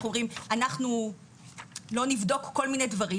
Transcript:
אנחנו אומרים אנחנו לא נבדוק כל מיני דברים,